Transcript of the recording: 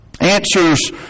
answers